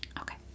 okay